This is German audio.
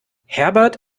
herbert